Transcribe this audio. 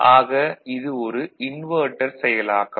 ஆக இது ஒரு இன்வெர்ட்டர் செயலாக்கம்